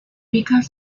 because